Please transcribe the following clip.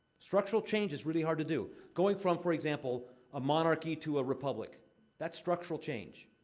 structural change is really hard to do. going from, for example, a monarchy to a republic that's structural change.